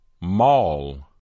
Mall